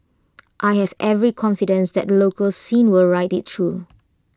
I have every confidence that the local scene will ride IT through